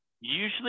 Usually